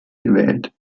gewählt